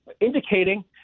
indicating